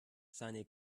seine